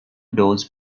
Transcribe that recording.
doors